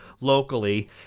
locally